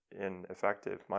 ineffective